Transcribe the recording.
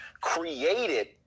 created